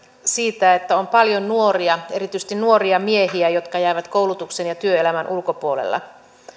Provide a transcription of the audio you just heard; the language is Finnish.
siitä että on paljon nuoria erityisesti nuoria miehiä jotka jäävät koulutuksen ja työelämän ulkopuolelle